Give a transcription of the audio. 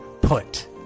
put